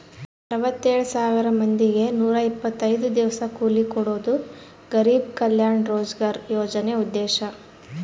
ಅರವತ್ತೆಳ್ ಸಾವಿರ ಮಂದಿಗೆ ನೂರ ಇಪ್ಪತ್ತೈದು ದಿವಸ ಕೂಲಿ ಕೊಡೋದು ಗರಿಬ್ ಕಲ್ಯಾಣ ರೋಜ್ಗರ್ ಯೋಜನೆ ಉದ್ದೇಶ